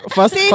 First